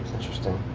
interesting.